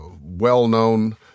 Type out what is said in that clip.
well-known